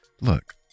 look